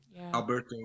Alberto